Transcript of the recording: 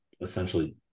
essentially